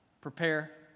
prepare